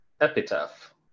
epitaph